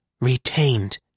retained